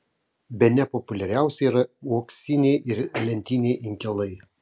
bene populiariausi yra uoksiniai ir lentiniai inkilai